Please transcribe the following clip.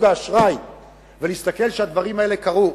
האשראי ולהסתכל שהדברים האלה קרו.